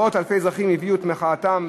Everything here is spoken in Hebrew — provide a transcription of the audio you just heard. מאות-אלפי אזרחים הביעו את מחאתם,